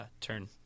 turn